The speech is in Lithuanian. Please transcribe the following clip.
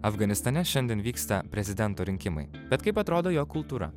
afganistane šiandien vyksta prezidento rinkimai bet kaip atrodo jo kultūra